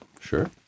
Sure